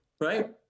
Right